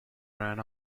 ran